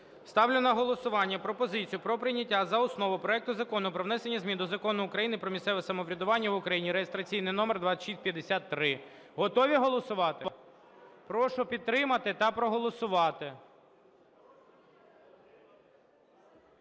Ставлю на голосування пропозицію про прийняття за основу проекту Закону про внесення змін до Закону України "Про місцеве самоврядування в Україні" (реєстраційний номер 2653). Готові голосувати? Прошу підтримати та проголосувати.